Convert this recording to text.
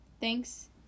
Thanks